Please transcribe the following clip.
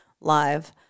live